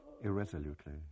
irresolutely